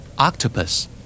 Octopus